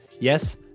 yes